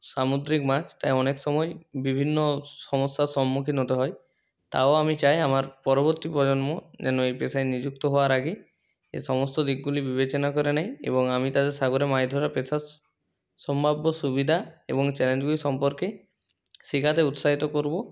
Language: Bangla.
সামুদ্রিক মাছ তাই অনেক সময় বিভিন্ন সমস্যার সম্মুখীন হতে হয় তাও আমি চাই আমার পরবর্তী প্রজন্ম যেন এই পেশায় নিযুক্ত হওয়ার আগে এ সমস্ত দিকগুলি বিবেচনা করে নেয় এবং আমি তাদের সাগরে মাছ ধরা পেশা সম্ভাব্য সুবিধা এবং চ্যালেঞ্জগুলি সম্পর্কে শেখাতে উৎসাহিত করব